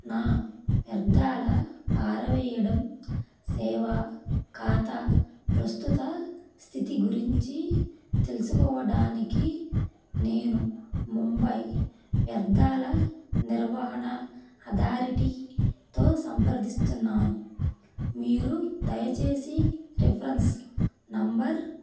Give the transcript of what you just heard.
నా వ్యర్థాల పారవేయడం సేవా ఖాతా ప్రస్తుత స్థితి గురించి తెలుసుకోవడానికి నేను ముంబై వ్యర్థాల నిర్వహణ అథారిటీతో సంప్రదిస్తున్నాను మీరు దయచేసి రిఫరెన్స్ నెంబర్